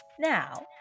Now